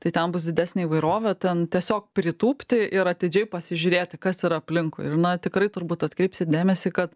tai ten bus didesnė įvairovė ten tiesiog pritūpti ir atidžiai pasižiūrėti kas yra aplinkui ir na tikrai turbūt atkreipsit dėmesį kad